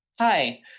Hi